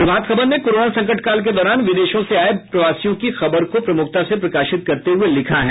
प्रभात खबर ने कोरोना संकट काल के दौरान विदेशों से आये प्रवासियों की खबर को प्रमुखता से प्रकाशित करते हुये लिखता है